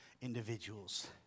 individuals